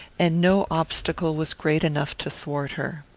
and no obstacle was great enough to thwart her.